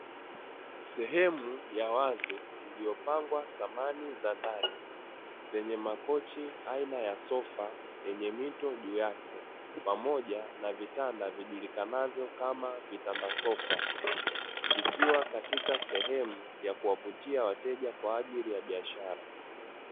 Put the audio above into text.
Sehemu ya wazi iliyopangwa samani za ndani, zenye makochi aina ya sofa, yenye mito juu yake pamoja na vitanda vijulikanavyo kama vitanda sofa. Vikiwa katika sehemu ya kuwavutia wateja kwa ajili ya biashara.